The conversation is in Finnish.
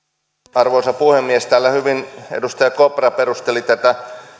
arvoisa puhemies täällä hyvin edustaja kopra perusteli tätä